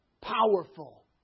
powerful